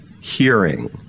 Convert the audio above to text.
hearing